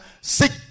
Seek